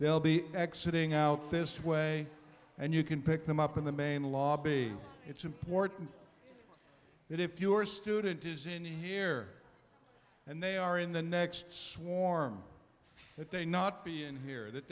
they'll be exiting out this way and you can pick them up in the main lobby it's important that if your student is in here and they are in the next swarm they not be in here that